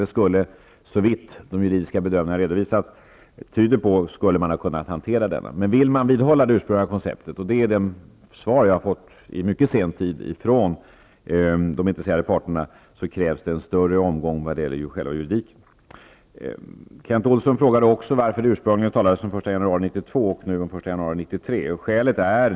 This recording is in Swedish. Det förbudet skulle, vilket de juridiska bedömningarna tyder på, kunna hantera detta. Men vill man vidhålla att det ursprungliga konceptet -- och det är det svar som jag har fått från de intresserade parterna -- krävs en större omgång vad gäller själva juridiken. Kent Olsson frågade också varför det ursprungligen talades om den 1 januari 1992 och nu om den 1 januari 1993.